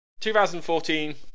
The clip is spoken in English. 2014